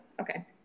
okay